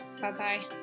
Bye-bye